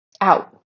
out